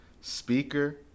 speaker